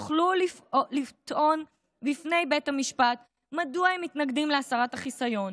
יוכלו לטעון בפני בית המשפט מדוע הם מתנגדים להסרת החיסיון.